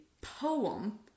poem